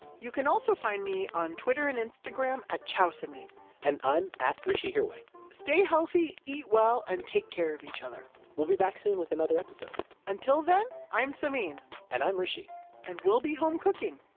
you can also find me on twitter and instagram at ciaosamin i'm at hrishihirway stay healthy, eat well, and take care of each other we'll be back soon with another episode until then, i'm samin and i'm hrishi and we'll be home cooking!